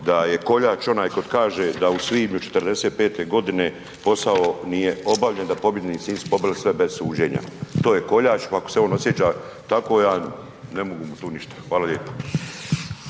da je koljač oni koji kaže da u svibnju 45. g. posao nije obavljen, da pobjednici nisu pobili sve bez suđenja. To je koljač, pa ako se on osjeća tako, ja ne mogu mu tu ništa. Hvala lijepo.